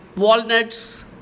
walnuts